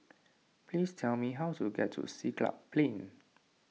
please tell me how to get to Siglap Plain